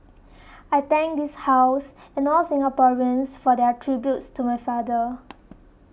I thank this House and all Singaporeans for their tributes to my father